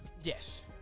Yes